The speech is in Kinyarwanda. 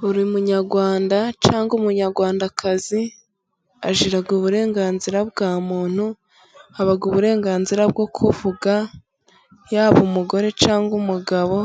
Buri munyarwanda cyangwa umunyarwandakazi agira uburenganzira bwa muntu baha uburenganzira bwo kuvuga yaba umugore cyangwa umugabo